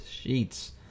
sheets